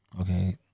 Okay